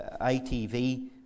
ITV